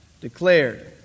declared